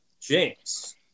James